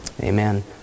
Amen